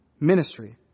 ministry